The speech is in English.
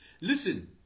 listen